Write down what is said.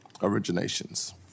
originations